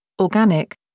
organic